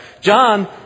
John